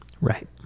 Right